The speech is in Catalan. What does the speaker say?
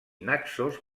naxos